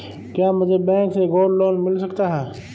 क्या मुझे बैंक से गोल्ड लोंन मिल सकता है?